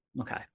Okay